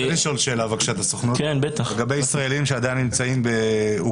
אני רוצה לשאול את הסוכנות שאלה לגבי ישראלים שעדיין נמצאים באוקראינה.